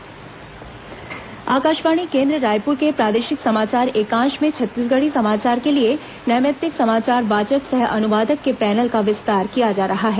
Akashvani Chhattisgarhi panel Akashvani केन्द्र रायपुर के प्रादेशिक समाचार एकांश में छत्तीसगढ़ी समाचार के लिए नैमित्तिक समाचार वाचक सह अनुवादक के पैनल का विस्तार किया जा रहा है